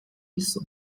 isso